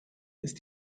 ist